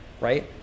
right